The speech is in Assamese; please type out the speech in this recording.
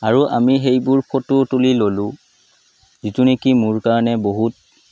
আৰু আমি সেইবোৰ ফটো তুলি ল'লোঁ যিটো নেকি মোৰ কাৰণে বহুত